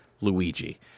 Luigi